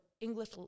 English